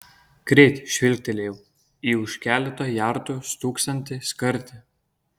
greit žvilgtelėjau į už keleto jardų stūksantį skardį